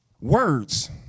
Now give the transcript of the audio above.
words